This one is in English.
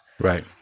Right